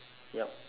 yup